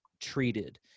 treated